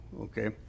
Okay